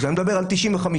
אני מדבר על 95%